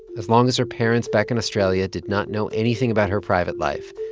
as long as her parents back in australia did not know anything about her private life,